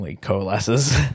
coalesces